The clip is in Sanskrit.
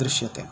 दृश्यते